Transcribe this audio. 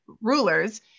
rulers